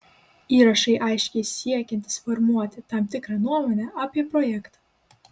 įrašai aiškiai siekiantys formuoti tam tikrą nuomonę apie projektą